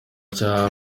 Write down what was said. cya